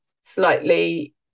slightly